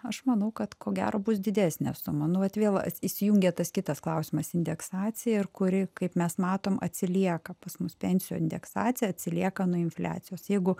aš manau kad ko gero bus didesnė suma nu vat vėl įsijungia tas kitas klausimas indeksacija ir kuri kaip mes matom atsilieka pas mus pensijų indeksacija atsilieka nuo infliacijos jeigu